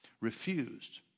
refused